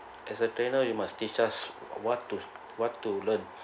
as a trainer you must teach us what to what to learn